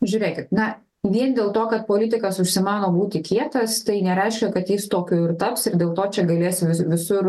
žiūrėkit na vien dėl to kad politikas užsimano būti kietas tai nereiškia kad jis tokiu ir taps ir dėl to čia galės vis visur